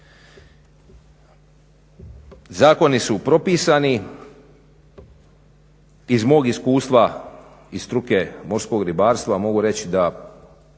Zakoni su propisani, iz mog iskustva iz struke morskog ribarstva mogu reći da